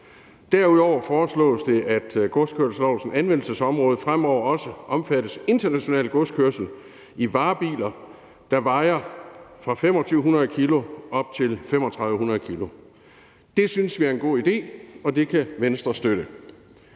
Derudover foreslås det, at godskørselslovens anvendelsesområde fremover også omfatter international godskørsel i varebiler, der vejer fra 2.500 kg op til 3.500 kg. Det synes vi er en god idé, og det kan Venstre støtte.